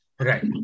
Right